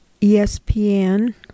ESPN